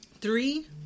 Three